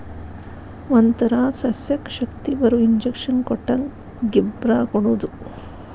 ಒಂತರಾ ಸಸ್ಯಕ್ಕ ಶಕ್ತಿಬರು ಇಂಜೆಕ್ಷನ್ ಕೊಟ್ಟಂಗ ಗಿಬ್ಬರಾ ಕೊಡುದು